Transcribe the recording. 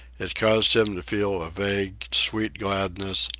it caused him to feel a vague, sweet gladness,